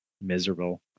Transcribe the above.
miserable